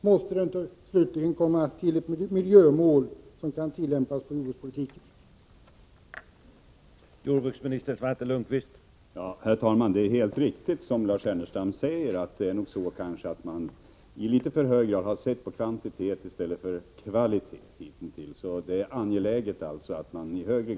Måste det inte komma till ett miljömål som kan tillämpas när det gäller jordbrukspolitiken?